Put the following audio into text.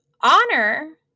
honor